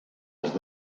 els